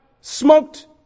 smoked